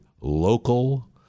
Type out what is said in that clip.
local